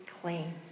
clean